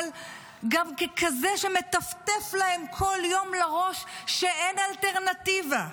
אבל גם ככזה שמטפטף להם כל יום לראש שאין אלטרנטיבה.